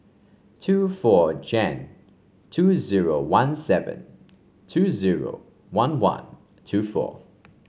two four Jan two zero one seven two zero one one two four